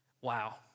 wow